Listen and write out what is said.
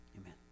amen